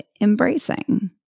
embracing